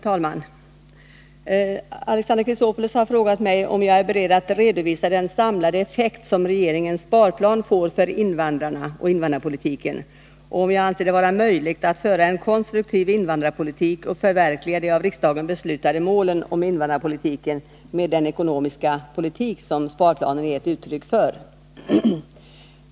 Herr talman! Alexander Chrisopoulos har frågat mig om jag är beredd att redovisa den samlade effekt som regeringens sparplan får för invandrarna och invandrarpolitiken och om jag anser det vara möjligt att föra en konstruktiv invandrarpolitik och förverkliga de av riksdagen beslutade målen för invandrarpolitiken med den ekonomiska politik som sparplanen är ett uttryck för.